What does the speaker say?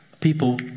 People